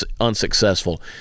unsuccessful